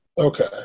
Okay